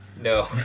No